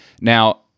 Now